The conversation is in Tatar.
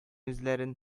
үзләрен